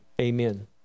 Amen